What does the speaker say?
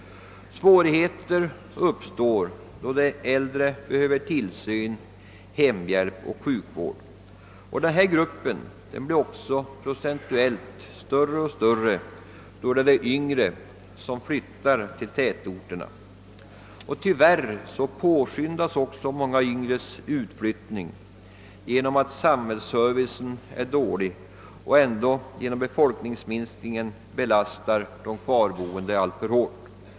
Svårigheter uppstår även då de äldre behöver tillsyn, hemhjälp och sjukvård. Denna grupp blir procentuellt allt större, eftersom det är de yngre som flyttar till tätorterna. Tyvärr påskyndas många yngres utflyttning av att samhällsservicen är dålig och ändock på grund av befolkningsminskningen «belastar de kvarboende alltför hårt.